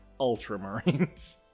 Ultramarines